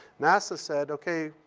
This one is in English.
nasa said, okay,